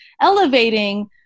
elevating